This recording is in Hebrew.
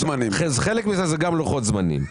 חלק מזה זה גם לוחות זמנים.